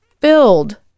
filled